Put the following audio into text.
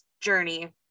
journey